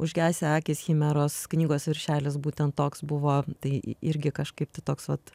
užgesę akys chimeros knygos viršelis būtent toks buvo tai irgi kažkaip tai toks vat